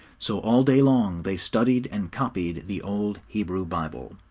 so all day long they studied and copied the old hebrew bible.